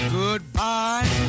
goodbye